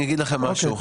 אני אגיד לכם משהו.